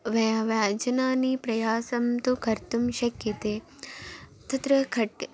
व्य व्यञ्जनानि प्रयासं तु कर्तुं शक्यते तत्र कट्